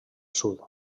sud